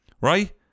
right